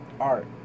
art